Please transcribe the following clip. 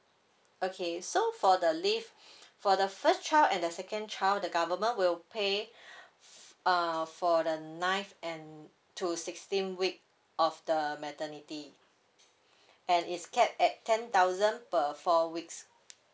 okay so for the leave for the first child and the second child the government will pay uh for the nine and to sixteen week of the maternity and it's kept at ten thousand per four weeks